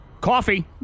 Coffee